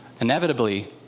Inevitably